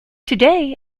today